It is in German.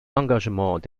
engagement